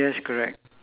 three what